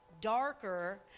darker